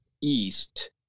east